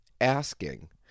asking